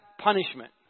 punishment